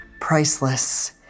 priceless